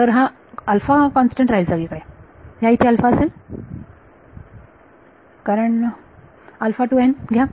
तर हा कॉन्स्टंट राहील सगळीकडे ह्या इथे असेल कारण घ्या